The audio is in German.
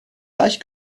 gleich